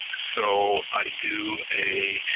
so i do a